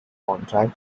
contract